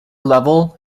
level